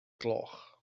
gloch